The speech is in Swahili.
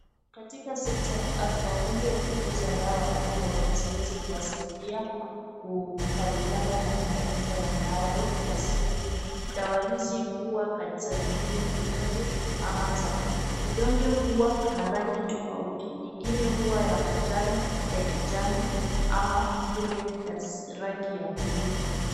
Katika sekta ya afya wagonjwa hupokezwa dawa ili ziweze kuwasaidia kukabiliana na magonjwa yanayowasili. Dawa hizi huwa saa zingine huwa vidonge ama za kunywa .Vidonge huwa na rangi tofauti. Nyingine huwa ya manjano, ya kijani ama ile ya rangi ya buluu.